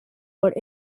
but